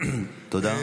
תודה.